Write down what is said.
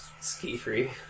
Ski-free